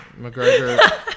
McGregor